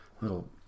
Little